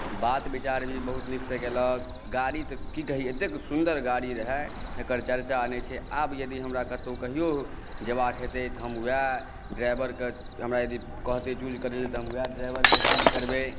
बात विचार भी बहुत नीकसँ केलक गाड़ी तऽ की कही एतेक सुन्दर गाड़ी रहै तेकर चर्चा नहि छै आब यदि हमरा कतहुँ कहियो जयबाक हेतै तऽ हम वएह ड्राइवरकेँ हमरा यदि कहतै चुज करै लए तऽ हम वएह ड्राइवरक चुज करबै